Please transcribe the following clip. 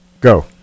Go